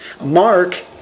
Mark